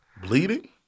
Bleeding